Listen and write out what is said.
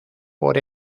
por